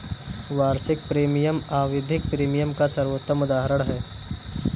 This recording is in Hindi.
वार्षिक प्रीमियम आवधिक प्रीमियम का सर्वोत्तम उदहारण है